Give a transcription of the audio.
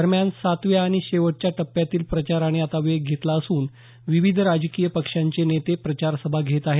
दरम्यान सातव्या आणि शेवटच्या टप्यातील प्रचाराने आता वेग घेतला असून विविध राजकीय पक्षांचे नेते प्रचारसभा घेत आहेत